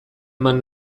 eman